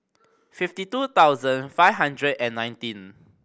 fifty two thousand five hundred and nineteen